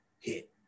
hit